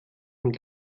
und